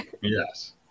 yes